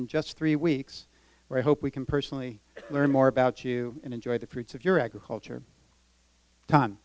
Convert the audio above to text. in just three weeks where i hope we can personally learn more about you and enjoy the fruits of your agriculture time